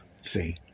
See